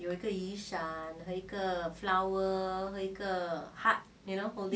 有一个雨伞和一个 flower